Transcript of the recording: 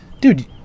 dude